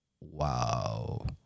wow